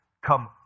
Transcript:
come